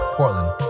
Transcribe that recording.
Portland